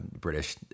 British